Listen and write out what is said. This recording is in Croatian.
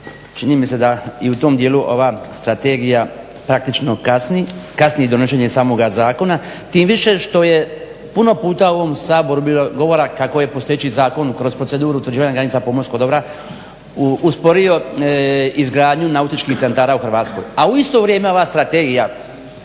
čini mi se da i u tom dijelu ova strategija praktično kasni. Kasni i donošenje samoga zakona. Tim više što je puno puta u ovom Saboru bilo govora kako je postojeći zakon kroz proceduru utvrđivanja granica pomorskog dobra usporio izgradnju nautičkih centara u Hrvatskoj. A u isto vrijeme ova strategija